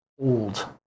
old